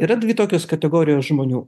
yra dvi tokios kategorijos žmonių